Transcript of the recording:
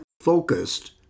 focused